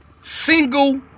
single